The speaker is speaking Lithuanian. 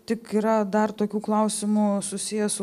tik yra dar tokių klausimų susiję su